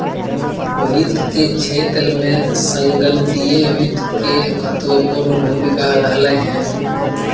वित्त के क्षेत्र में संगणकीय वित्त के महत्वपूर्ण भूमिका रहलय हें